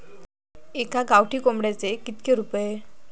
एका गावठी कोंबड्याचे कितके रुपये?